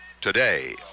today